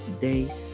day